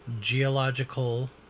geological